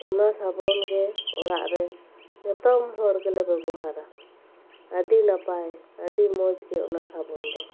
ᱚᱱᱟ ᱥᱟᱹᱵᱩᱱ ᱜᱮ ᱚᱲᱟᱜ ᱨᱮ ᱡᱚᱛᱚ ᱦᱚᱲᱜᱮᱞᱮ ᱵᱮᱵᱚᱦᱟᱨᱟ ᱟᱹᱰᱤ ᱱᱟᱯᱟᱭ ᱟᱹᱰᱤ ᱢᱚᱡᱽᱜᱤ ᱚᱱᱟ ᱥᱟᱹᱵᱩᱱ ᱫᱚ